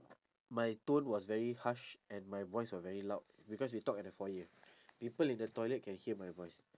my tone was very harsh and my voice was very loud because we talk at the foyer people in the toilet can hear my voice